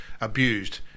abused